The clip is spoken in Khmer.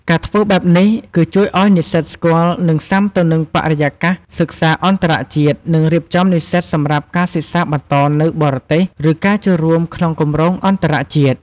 ការធ្វើបែបនេះគឺជួយឱ្យនិស្សិតស្គាល់ និងស៊ាំទៅនឹងបរិយាកាសសិក្សាអន្តរជាតិនឹងរៀបចំនិស្សិតសម្រាប់ការសិក្សាបន្តនៅបរទេស ឬការចូលរួមក្នុងគម្រោងអន្តរជាតិ។